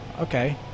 okay